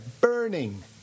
burning